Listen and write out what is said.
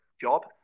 job